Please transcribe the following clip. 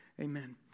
amen